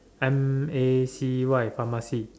M A C Y pharmacy